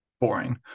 Boring